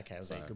okay